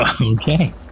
Okay